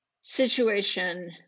situation